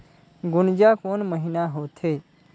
गुनजा कोन महीना होथे?